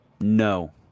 No